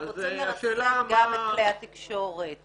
אנחנו רוצים לרסן גם את כלי התקשורת בנושא הזה.